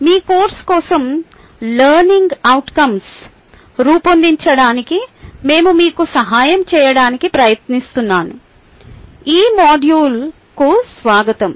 మీ course కోసం learning outcomes రూపొందించడానికి మేము మీకు సహాయం చేయడానికి ప్రయత్నిస్తున్న ఈ మాడ్యూల్కు స్వాగతం